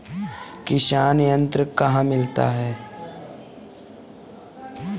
किसान यंत्र कहाँ मिलते हैं?